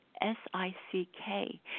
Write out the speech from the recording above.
S-I-C-K